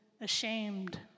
ashamed